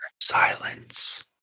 Silence